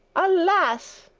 alas!